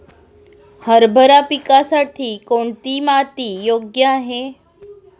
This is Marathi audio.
हरभरा पिकासाठी कोणती माती योग्य आहे?